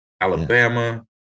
Alabama